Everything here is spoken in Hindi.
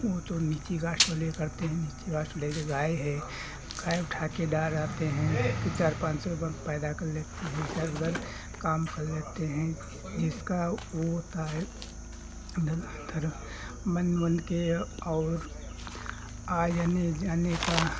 और जो नीची कास्ट वाले करते हैं नीची कास्ट वाले जो आए है खर उठा के डाल आते हैं कि चार पांच सौ बन पैदा कर लेते हैं इधर उधर काम कर लेते हैं जिसका वो होता है वो कर मन मन के और आजनी जाने का